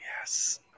Yes